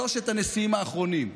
שלושת הנשיאים האחרונים,